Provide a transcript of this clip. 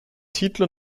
titel